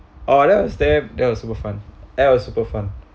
oh that was that was super fun that was super fun